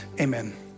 amen